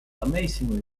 amazingly